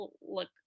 look